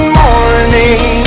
morning